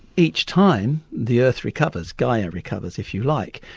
each time the earth recovers, gaia recovers, if you like.